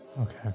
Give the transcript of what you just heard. Okay